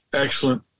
excellent